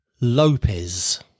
Lopez